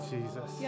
Jesus